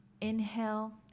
inhale